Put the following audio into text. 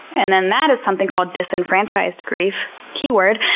and then that is something called disenfranchised grief. keyword.